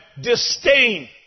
disdain